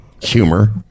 humor